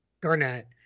Garnett